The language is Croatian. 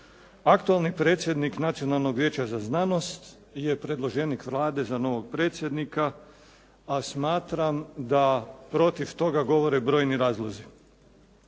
Aktualni predsjednik Nacionalnog vijeća za znanost je predloženik Vlade za novog predsjednika, a smatram da protiv tog govore brojni razlozi.